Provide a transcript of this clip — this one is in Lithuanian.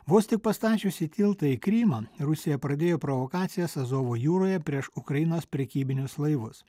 vos tik pastačiusi tiltą į krymą rusija pradėjo provokacijas azovo jūroje prieš ukrainos prekybinius laivus